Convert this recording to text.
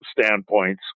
standpoints